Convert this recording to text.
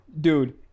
Dude